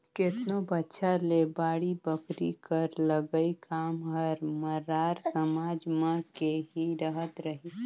केतनो बछर ले बाड़ी बखरी कर लगई काम हर मरार समाज मन के ही रहत रहिस